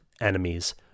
enemies